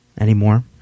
anymore